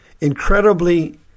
incredibly